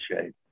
shape